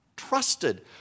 trusted